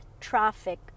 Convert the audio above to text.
traffic